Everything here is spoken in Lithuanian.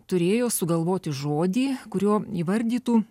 turėjo sugalvoti žodį kurio įvardytų